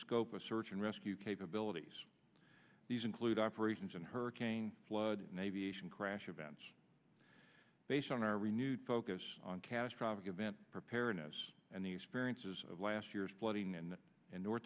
scope of search and rescue capabilities these include operations and hurricane flood navy ation crash events based on our renewed focus on catastrophic event preparedness and experience as of last year's flooding in north